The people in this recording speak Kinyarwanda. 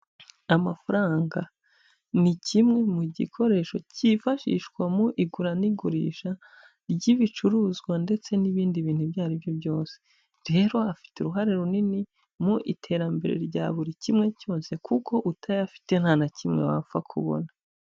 Amafaranga ni kimwe mu gikoresho cyifashishwa mu igura n'igurisha ry'ibicuruzwa ndetse n'ibindi bintu ibyo ari byo byose, rero afite uruhare runini mu iterambere rya buri kimwe cyose kuko utayafite nta na kimwe wapfa kubona.